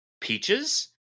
peaches